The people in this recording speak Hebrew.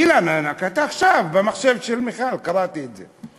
אילן, עכשיו, במחשב של מיכל, קראתי את זה.